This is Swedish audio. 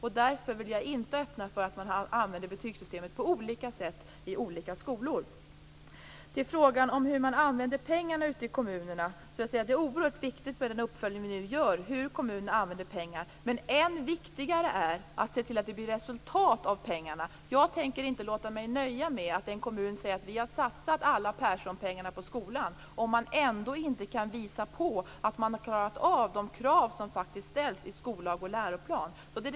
Därför vill jag inte öppna för att man använder betygssystemet på olika sätt i olika skolor. När det gäller frågan om hur man använder pengarna ute i kommunerna, vill jag säga att det är oerhört viktigt med den uppföljning vi nu gör av hur kommunerna använder pengarna. Än viktigare är dock att se till att det blir resultat av pengarna. Jag tänker inte låta mig nöja med att en kommun säger att man har satsat alla Perssonpengarna på skolan om man ändå inte kan visa på att man har klarat av de krav som faktiskt ställs i skollag och läroplan.